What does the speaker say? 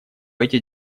эти